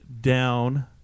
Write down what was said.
down